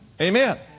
Amen